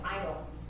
idle